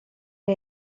que